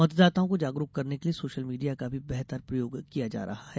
मततदाताओं को जागरूक करने के लिए सोषल मीडिया का भी बेहतर प्रयोग किया जा रहा है